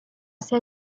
ser